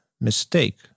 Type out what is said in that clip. mistake